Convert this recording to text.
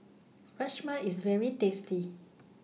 Rajma IS very tasty